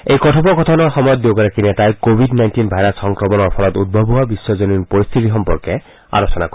এই কথোপকথনৰ সময়ত দুয়োগৰাকী নেতাই কৱিড নাইণ্টিন ভাইৰাছ সংক্ৰমণৰ ফলত উদ্ভৱ হোৱা বিশ্বজনীন পৰিশ্বিতি সম্পৰ্কে আলোচনা কৰে